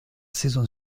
saison